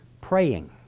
praying